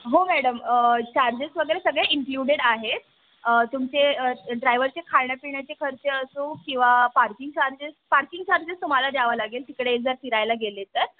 हो madam charges वगैरे सगळे इन्क्ल्युडेड आहेत तुमचे ड्रायव्हरचे खाण्यापिण्याचे खर्च असो किंवा पार्किंग चार्जेस पार्किंग चार्जेस तुम्हाला द्यावं लागेल तिकडे जर फिरायला गेले तर